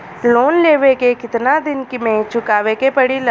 Loan लेवे के कितना दिन मे चुकावे के पड़ेला?